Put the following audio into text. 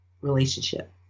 Relationship